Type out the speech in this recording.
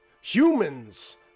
Humans